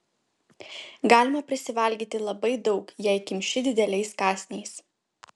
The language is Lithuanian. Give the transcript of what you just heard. galima prisivalgyti labai daug jei kimši dideliais kąsniais